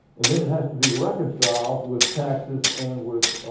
and then it has to be reconciled with taxes and with